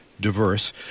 diverse